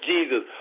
Jesus